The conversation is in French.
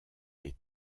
est